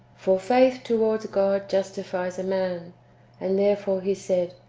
for faith towards god justifies a man and therefore he said,